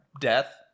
death